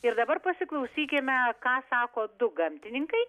ir dabar pasiklausykime ką sako du gamtininkai